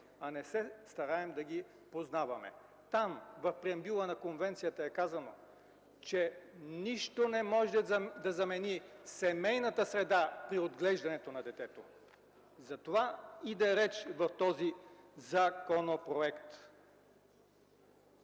а не се стараем да ги познаваме. Там, в преамбюла на Конвенцията, е казано, че нищо не може да замени семейната среда при отглеждането на детето. Затова иде реч в този законопроект.